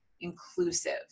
inclusive